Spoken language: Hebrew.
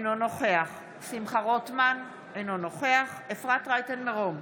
אינו נוכח שמחה רוטמן, אינו נוכח אפרת רייטן מרום,